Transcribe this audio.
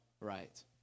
right